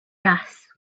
gas